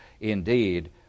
indeed